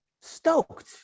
stoked